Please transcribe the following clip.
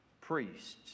priests